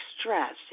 stress